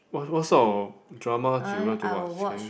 what what sort of drama do you like to watch can you